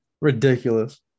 Ridiculous